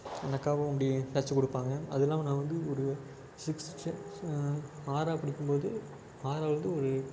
அந்த அக்காவும் அப்படியே தைச்சு கொடுப்பாங்க அது இல்லாமல் நான் வந்து ஒரு சிக்ஸ்தில் ஆறாவது படிக்கும் போது ஆறாவதில் ஒரு